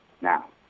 Now